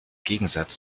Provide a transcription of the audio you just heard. gegensatz